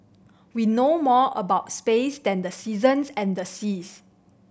we know more about space than the seasons and the seas